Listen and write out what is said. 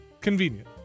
convenient